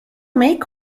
make